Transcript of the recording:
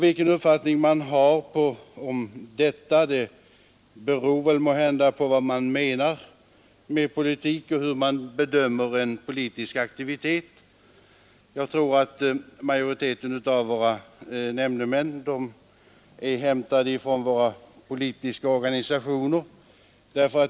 Vilken uppfattning man har om detta beror måhända på vad man menar med politik och hur man bedömer en politisk aktivitet. Jag tror att majoriteten av våra nämndemän är hämtade från de politiska organisationerna.